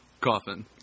Coffin